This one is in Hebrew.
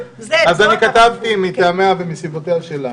--- כתבתי מטעמיה ומסיבותיה שלה,